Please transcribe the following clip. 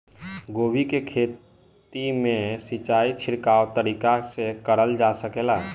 गोभी के खेती में सिचाई छिड़काव तरीका से क़रल जा सकेला?